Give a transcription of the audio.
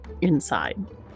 inside